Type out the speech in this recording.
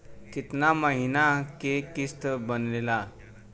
कितना महीना के किस्त बनेगा?